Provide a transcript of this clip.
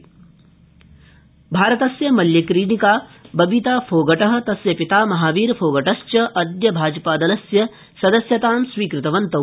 भाजपा सदस्यता भारतस्य मल्लक्रीडिका बबीता फोगटः तस्य पिता महावीर फोगटश्च अद्य भाजपादलस्य सदस्यता स्वीकृतवन्तौ